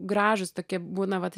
gražūs tokie būna vat